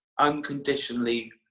unconditionally